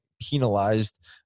penalized